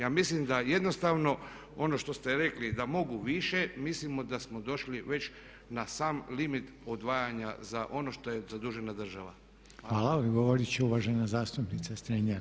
Ja mislim da jednostavno ono što ste rekli da mogu više mislimo da smo došli već na sam limit odvajanja za ono što je zadužena država.